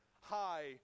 high